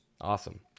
Awesome